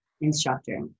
instructor